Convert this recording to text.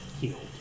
healed